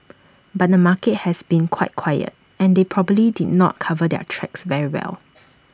but the market has been quite quiet and they probably did not cover their tracks very well